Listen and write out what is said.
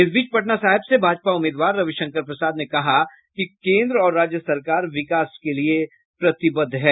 इस बीच पटना साहिब से भाजपा उम्मीदवार रविशंकर प्रसाद ने कहा कि केन्द्र और राज्य सरकार विकास के लिए प्रतिबद्ध है